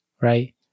right